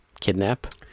Kidnap